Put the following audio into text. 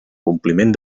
compliment